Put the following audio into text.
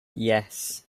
yes